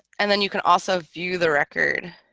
and then you can also view the record